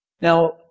Now